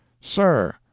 Sir